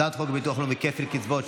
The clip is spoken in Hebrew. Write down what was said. הצעת חוק הביטוח הלאומי (כפל קצבאות),